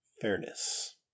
fairness